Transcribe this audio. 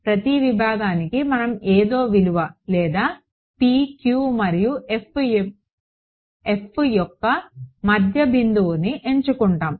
ప్రతి విభాగానికి మనం ఏదో విలువ లేదా p q మరియు f యొక్క మధ్య బిందువును ఉంచుతాము